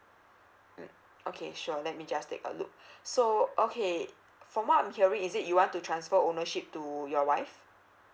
mm okay sure let me just take a look so okay from what I'm hearing is it you want to transfer ownership to your wife